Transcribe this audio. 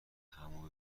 همو